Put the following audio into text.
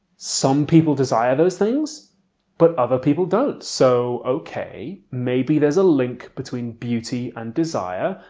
some people desire those things but other people don't. so okay maybe there's a link between beauty and desire,